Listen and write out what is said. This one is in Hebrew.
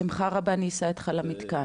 בשמחה רבה אני אסע איתך למתקן.